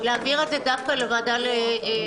ההצעה להעביר את זה לוועדת החינוך?